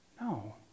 No